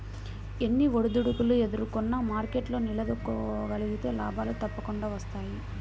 ఎన్ని ఒడిదుడుకులు ఎదుర్కొన్నా మార్కెట్లో నిలదొక్కుకోగలిగితే లాభాలు తప్పకుండా వస్తాయి